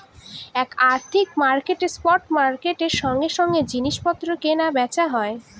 এক আর্থিক মার্কেটে স্পট মার্কেটের সঙ্গে সঙ্গে জিনিস পত্র কেনা বেচা হয়